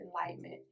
enlightenment